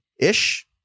Ish